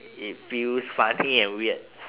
it feels funny and weird